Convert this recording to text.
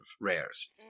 rares